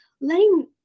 letting